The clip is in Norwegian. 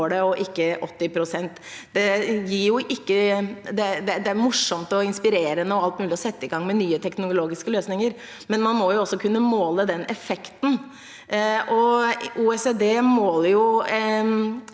og ikke 80 pst. Det er morsomt og inspirerende å sette i gang med nye teknologiske løsninger, men man må også kunne måle effekten. OECD måler